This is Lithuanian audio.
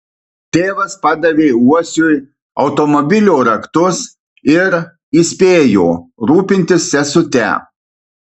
tėvas padavė uosiui automobilio raktus ir įspėjo rūpintis sesute